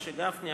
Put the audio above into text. משה גפני,